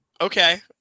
Okay